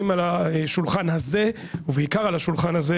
על השולחן הזה ובעיקר על השולחן הזה,